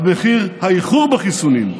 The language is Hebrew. אבל מחיר האיחור בחיסונים,